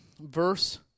Verse